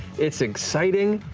it's exciting,